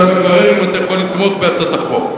אני מברר, אתה מברר אם אתה יכול לתמוך בהצעת החוק.